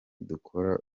dukora